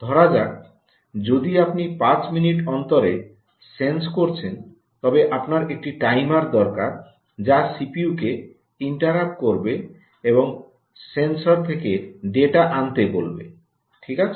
ধরা যাক যদি আপনি 5 মিনিট অন্তরে সেন্স করছেন তবে আপনার একটি টাইমার দরকার যা সিপিইউকে ইন্টারাপ্ট করবে এবং সেন্সর থেকে ডেটা আনতে বলবে ঠিক আছে